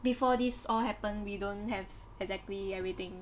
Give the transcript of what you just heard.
before this all happened we don't have exactly everything